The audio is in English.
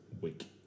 week